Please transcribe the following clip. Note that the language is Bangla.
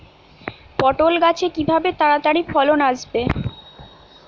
পটল গাছে কিভাবে তাড়াতাড়ি ফলন আসবে?